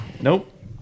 Nope